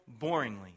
boringly